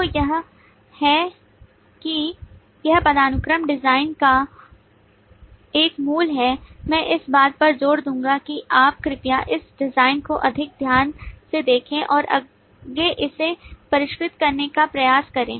तो यह है कि यह पदानुक्रम डिजाइन का एक मूल है मैं इस बात पर जोर दूंगा कि आप कृपया इस डिजाइन को अधिक ध्यान से देखें और आगे इसे परिष्कृत करने का प्रयास करें